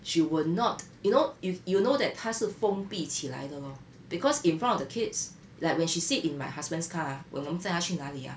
she would not you know you you know that 她是封闭起来的 lor because in front of the kids like when she sit in my husband's car ah 我们载她去哪里 ah